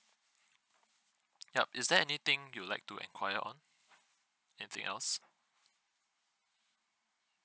yup is there anything you like to enquire on anything else